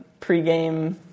pregame